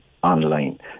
Online